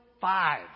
five